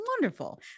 wonderful